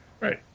Right